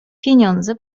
pieniądze